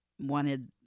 wanted